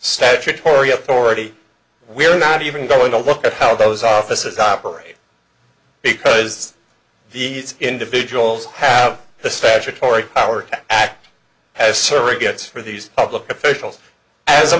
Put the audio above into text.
statutory authority we're not even going to look at how those offices operate because these individuals have the statutory power to act as surrogates for these public officials as a